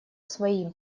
своим